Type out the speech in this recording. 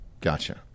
gotcha